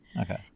Okay